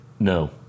No